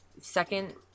second